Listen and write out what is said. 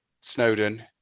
Snowden